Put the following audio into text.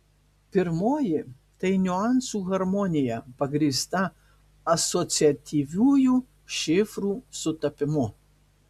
pirmoji tai niuansų harmonija pagrįsta asociatyviųjų šifrų sutapimu